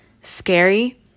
scary